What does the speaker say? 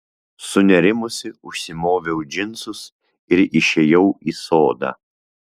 sunerimusi užsimoviau džinsus ir išėjau į sodą